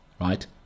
right